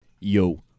Yo